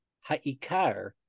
ha'ikar